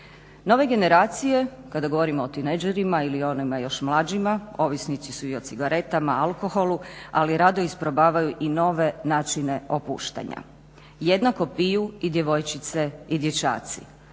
Nove generacije, kada govorimo o tinejdžerima ili onima još mlađima, ovisnici su i o cigaretama, alkoholu, ali rado isprobavaju i nove načine opuštanja. Jednako piju i djevojčice i dječaci.